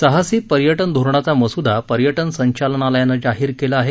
साहसी पर्यटन धोरणाचा मसुदा पर्यटन संचालनालयानं जाहीर केलं आहे